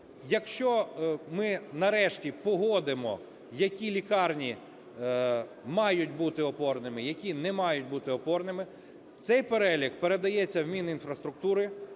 якщо ми, нарешті, погодимо, які лікарні мають бути опорними, які не мають бути опорними, цей перелік передається в Мінінфраструктури,